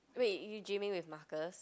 wait you gymming with Marcus